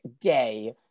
Day